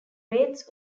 raids